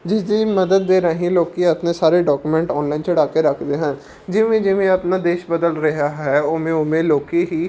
ਜਿਸ ਦੀ ਮਦਦ ਦੇ ਰਾਹੀਂ ਲੋਕ ਆਪਣੇ ਸਾਰੇ ਡਾਕੂਮੈਂਟ ਔਨਲਾਈਨ ਚੜਾ ਕੇ ਰੱਖਦੇ ਹਨ ਜਿਵੇਂ ਜਿਵੇਂ ਆਪਣਾ ਦੇਸ਼ ਬਦਲ ਰਿਹਾ ਹੈ ਉਵੇਂ ਉਵੇਂ ਲੋਕ ਹੀ